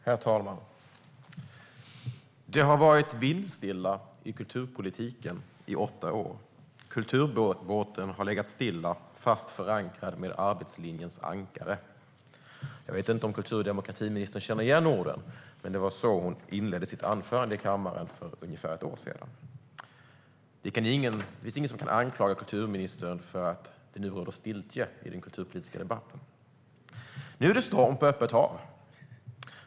Herr talman! Det har varit vindstilla i kulturpolitiken i åtta år. Kulturbåten har legat stilla, fast förankrad med arbetslinjens ankare. Jag vet inte om kultur och demokratiministern känner igen orden, men det var så hon inledde sitt anförande i kammaren för ungefär ett år sedan. Det finns ingen som kan anklaga kulturministern för att det nu råder stiltje i den kulturpolitiska debatten. Nu är det storm på öppet hav.